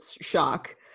shock